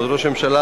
כבוד ראש הממשלה,